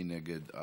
מי נגד?